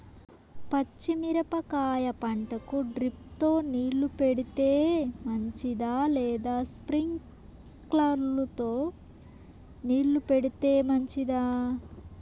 పచ్చి మిరపకాయ పంటకు డ్రిప్ తో నీళ్లు పెడితే మంచిదా లేదా స్ప్రింక్లర్లు తో నీళ్లు పెడితే మంచిదా?